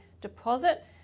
deposit